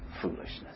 foolishness